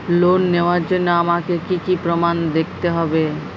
Loan নেওয়ার জন্য আমাকে কী কী প্রমাণ দেখতে হবে?